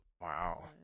Wow